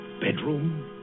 Bedroom